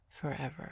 forever